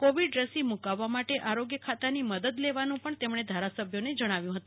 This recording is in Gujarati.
કોવિડ રસી મૂકવવા માટે આરોગ્ય ખાતાની મદદ લેવાનું પણ તેમણે ધારાસભ્યોને કહ્યું છે